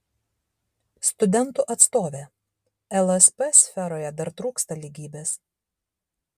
studentų atstovė lsp sferoje dar trūksta lygybės